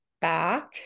back